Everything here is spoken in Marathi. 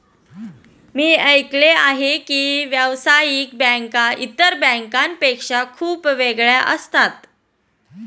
मी ऐकले आहे की व्यावसायिक बँका इतर बँकांपेक्षा खूप वेगळ्या असतात